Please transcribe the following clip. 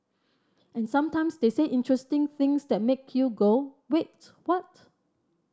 and sometimes they say interesting things that make you go wait what